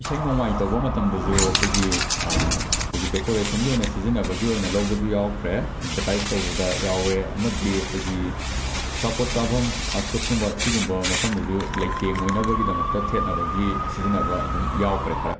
ꯏꯁꯩ ꯅꯣꯡꯃꯥꯏ ꯇꯧꯕ ꯃꯇꯝꯗꯁꯨ ꯑꯩꯈꯣꯏꯒꯤ ꯑꯩꯈꯣꯏꯒꯤ ꯗꯦꯀꯣꯔꯦꯁꯟꯒꯤ ꯑꯣꯏꯅ ꯁꯤꯖꯤꯟꯅꯕꯒꯤ ꯑꯣꯏꯅ ꯂꯧꯕꯁꯨ ꯌꯥꯎꯈ꯭ꯔꯦ ꯑꯦꯕꯔꯇꯥꯏꯖ ꯇꯧꯕꯗ ꯌꯥꯎꯔꯦ ꯑꯃꯗꯤ ꯑꯩꯈꯣꯏꯒꯤ ꯑꯆꯥꯄꯣꯠ ꯆꯥꯐꯝ ꯐꯥꯁꯐꯨꯠ ꯀꯨꯝꯕ ꯁꯤꯒꯨꯝꯕ ꯃꯐꯝꯗꯁꯨ ꯂꯩꯇꯦꯡ ꯑꯣꯏꯅꯕꯒꯤꯗꯝꯛꯇ ꯊꯦꯠꯅꯕꯒꯤ ꯁꯤꯖꯤꯟꯅꯕ ꯑꯗꯨꯝ ꯌꯥꯎꯈ꯭ꯔꯦ ꯈꯔ